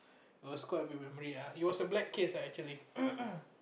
it was quite a big memory ah it was a black case lah actually